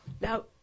Now